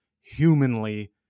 humanly